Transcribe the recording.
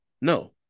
No